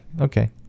okay